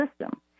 system